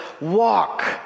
walk